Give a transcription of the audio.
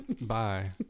Bye